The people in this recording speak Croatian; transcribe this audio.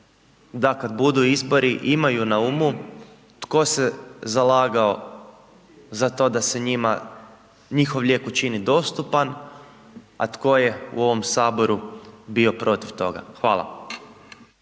da kad budu izbori imaju na umu tko se zalagao za to da se njima njihov lijek učini dostupan, a tko je u ovom Saboru bio protiv toga. Hvala.